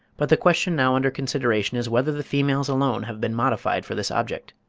but the question now under consideration is whether the females alone have been modified for this object.